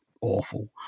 awful